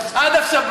עד עכשיו,